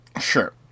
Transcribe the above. Sure